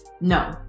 no